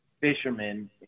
fishermen